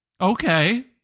Okay